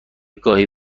گاهی